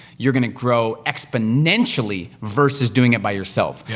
you're gonna grow exponentially versus doing it by yourself. yeah